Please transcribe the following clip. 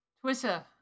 Twitter